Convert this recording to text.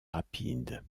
rapides